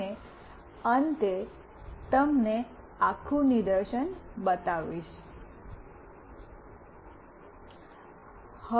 અને અંતે અમે તમને આખું નિદર્શન બતાવીશું